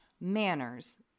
manners